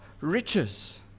riches